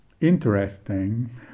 interesting